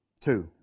Two